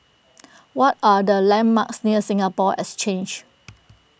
what are the landmarks near Singapore Exchange